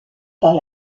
par